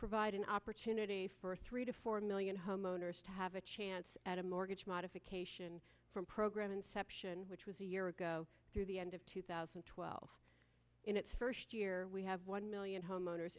provide an opportunity for three to four million homeowners to have a chance at a mortgage modification from program inception which was a year ago through the end of two thousand and twelve in its first year we have one million homeowners